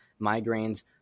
migraines